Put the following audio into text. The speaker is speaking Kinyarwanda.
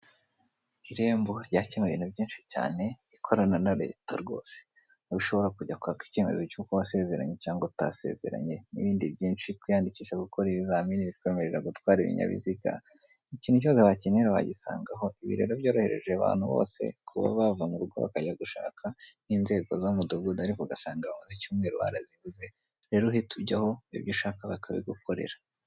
Irembo ryakemuye ibintu byinshi cyane, ikorana na Leta rwose, aho ushobora kujya kwaka icyemezo cy'uko wasezeranye, cyangwa utasezeranye n'ibindi byinshi, kwiyandikisha gukora ibizamini bikwemerera gutwara ibinyabiziga, ikintu cyose bakenera wagisanga aho, ibi rero byorohereje abantu bose, kuba bava mu rugo bakajya gushaka, n'inzego z'umudugudu, ariko ugasanga bamaze icyumweru barazibuze rero, uhite utujyaho ibyo ushaka bakabigukorera.